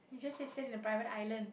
you just said sit in a private island